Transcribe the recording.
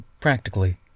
practically